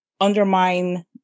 undermine